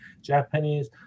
Japanese